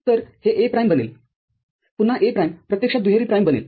तरहे A प्राईमबनेलपुन्हा A prime प्रत्यक्षात दुहेरी प्राइम बनेल